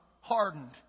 hardened